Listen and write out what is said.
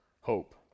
hope